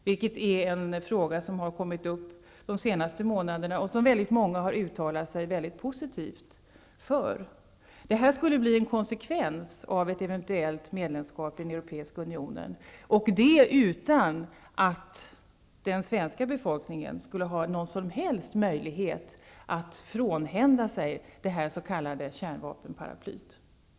Det är en fråga som har dykt upp de senaste månaderna, och väldigt många har uttalat sig positivt för den ordningen. Det skulle bli en konsekvens av ett eventuellt medlemskap i den europeiska unionen, och det utan att den svenska befolkningen skulle ha någon som helst möjlighet att frånhända sig detta s.k. kärnvapenparaply.